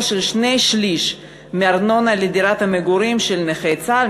של שני-שלישים מארנונה לדירת המגורים של נכי צה"ל,